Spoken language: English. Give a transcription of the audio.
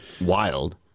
wild